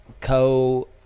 co